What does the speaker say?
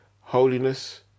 holiness